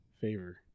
Favor